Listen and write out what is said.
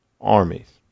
armies